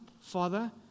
Father